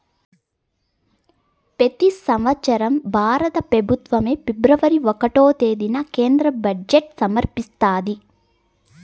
పెతి సంవత్సరం భారత పెబుత్వం ఫిబ్రవరి ఒకటో తేదీన కేంద్ర బడ్జెట్ సమర్పిస్తాది